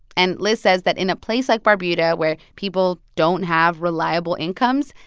and liz says that in a place like barbuda where people don't have reliable incomes,